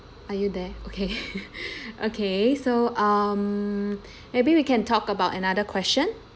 are you there okay okay so um maybe we can talk about another question